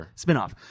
spinoff